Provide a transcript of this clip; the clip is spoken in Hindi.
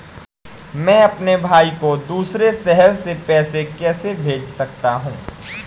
मैं अपने भाई को दूसरे शहर से पैसे कैसे भेज सकता हूँ?